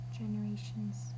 generations